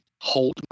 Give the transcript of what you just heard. hold